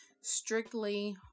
strictly